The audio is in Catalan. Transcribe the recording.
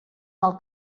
mal